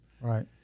Right